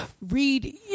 read